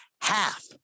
half